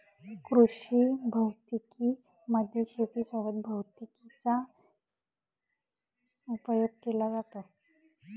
कृषी भौतिकी मध्ये शेती सोबत भैतिकीचा उपयोग केला जातो